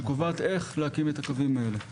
שקובעת איך להקים את הקווים האלה.